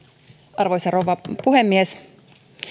arvoisa rouva puhemies